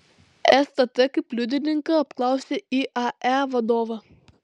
stt kaip liudininką apklausė iae vadovą